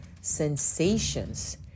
sensations